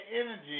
energy